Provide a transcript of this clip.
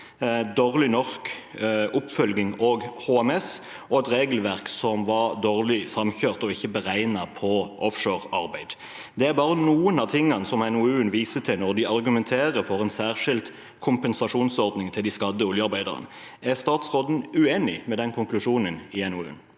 dårlig norsk oppfølging og HMS, og det var et regelverk som var dårlig samkjørt og ikke beregnet på offshorearbeid. Det er bare noe av det NOU-en viser til når de argumenterer for en særskilt kompensasjonsordning til de skadde oljearbeiderne. Er statsråden uenig i den konklusjonen i NOU-en?